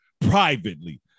privately